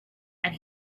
and